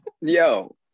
Yo